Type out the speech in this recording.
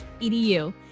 edu